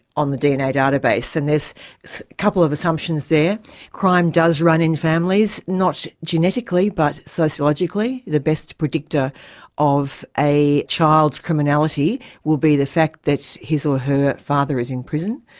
on the dna database. and there's so a couple of assumptions there crime does run in families, not genetically, but sociologically. the best predictor of a child's criminality will be the fact that his or her father is in prison.